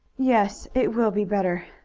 yes, it will be better,